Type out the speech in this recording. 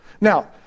Now